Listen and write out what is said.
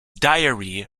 diary